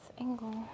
angle